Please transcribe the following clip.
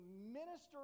minister